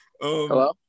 Hello